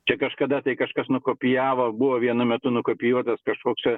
tai kažkada tai kažkas nukopijavo buvo vienu metu nukopijuotas kažkoks čia